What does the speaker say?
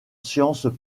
sciences